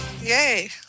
Yay